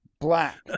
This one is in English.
black